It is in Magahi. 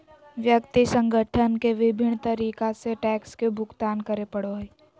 व्यक्ति संगठन के विभिन्न तरीका से टैक्स के भुगतान करे पड़ो हइ